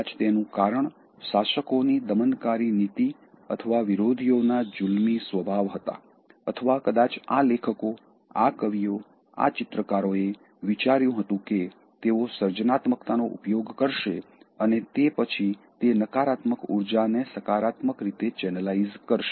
કદાચ તેનું કારણ શાસકોની દમનકારી નીતિ અથવા વિરોધીઓના જુલ્મી સ્વભાવ હતા અથવા કદાચ આ લેખકો આ કવિઓ આ ચિત્રકારોએ વિચાર્યું હતું કે તેઓ સર્જનાત્મકતાનો ઉપયોગ કરશે અને તે પછી તે નકારાત્મક ઉર્જાને સકારાત્મક રીતે ચેનલાઇઝ કરશે